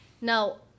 Now